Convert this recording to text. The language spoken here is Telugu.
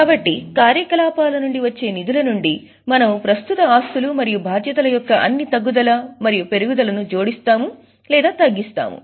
కాబట్టి కార్యకలాపాల నుండి వచ్చే నిధుల నుండి మనము ప్రస్తుత ఆస్తులు మరియు బాధ్యతల యొక్క అన్ని తగ్గుదల మరియు పెరుగుదలను జోడిస్తాము మరియు తగ్గిస్తాము